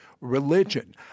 religion